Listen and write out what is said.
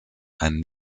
ein